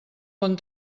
bon